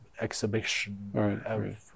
exhibition